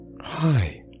Hi